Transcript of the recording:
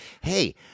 hey-